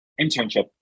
internship